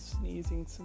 sneezing